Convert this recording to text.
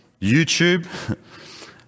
YouTube